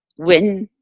when,